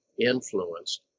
influenced